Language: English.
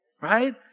Right